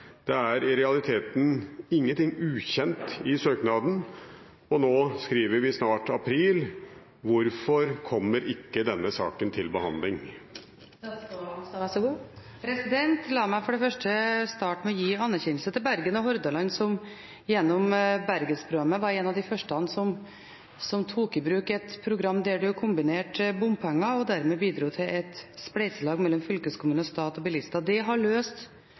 Det er i realiteten ingenting ukjent i søknaden, nå skriver vi snart april, hvorfor kommer ikke saken til behandling?» La meg for det første starte med å gi anerkjennelse til Bergen og Hordaland, som gjennom Bergensprogrammet var en av de første som tok i bruk et program der man kombinert det med bompenger og dermed bidro til et spleiselag mellom fylkeskommune, stat og bilister. Det har løst